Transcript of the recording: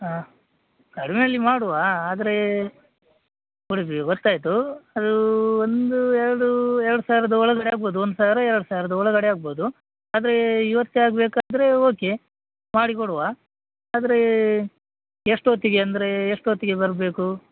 ಹಾಂ ಕಡಿಮೆಲ್ಲಿ ಮಾಡುವಾ ಆದರೆ ಉಡುಪಿ ಗೋತಾಯಿತು ಅದು ಒಂದು ಎರಡು ಎರ್ಡು ಸಾವ್ರದ ಒಳಗಡೆ ಆಗ್ಬೌದು ಒಂದು ಸಾವಿರ ಎರ್ಡು ಸಾವ್ರದ ಒಳಗಡೆ ಆಗ್ಬೌದು ಆದರೆ ಇವತ್ತೆ ಆಗ್ಬೇಕ ಆದರೆ ಓಕೆ ಮಾಡಿ ಕೊಡುವ ಆದರೆ ಎಷ್ಟೋತ್ತಿಗೆ ಅಂದರೆ ಎಷ್ಟೋತ್ತಿಗೆ ಬರಬೇಕು